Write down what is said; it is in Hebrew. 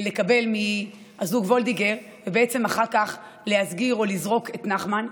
לקבל מהזוג וולדיגר ובעצם אחר כך להסגיר או לזרוק את נחמן.